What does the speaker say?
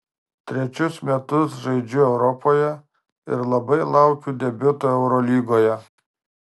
trečius metus žaidžiu europoje ir labai laukiu debiuto eurolygoje